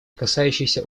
касающиеся